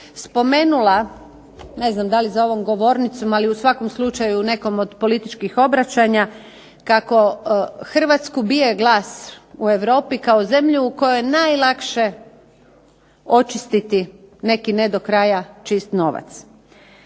spomenula, ne znam da li za ovom govornicom ali u svakom slučaju nekom od političkih obraćanja, kako Hrvatsku bije glas u Europi kao zemlju u kojoj je najlakše očistiti neki ne do kraja čist novac.